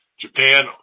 Japan